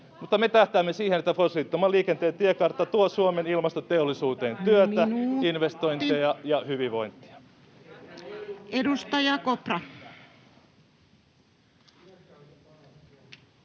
Mutta me tähtäämme siihen, että fossiilittoman liikenteen tiekartta tuo Suomen ilmastoteollisuuteen työtä, [Puhemies: Minuutti!] investointeja ja hyvinvointia. Edustaja Kopra.